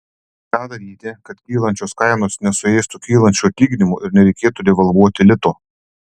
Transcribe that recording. ką daryti kad kylančios kainos nesuėstų kylančių atlyginimų ir nereikėtų devalvuoti lito